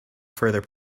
further